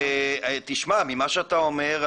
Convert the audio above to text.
תשמע ממה שאתה אומר,